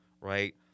right